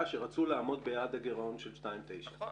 שרצו לעמוד ביעד הגירעון של 2.9%. נכון.